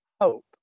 hope